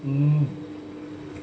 um